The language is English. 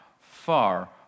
far